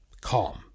calm